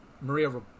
Maria